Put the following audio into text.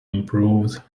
improved